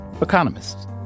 economists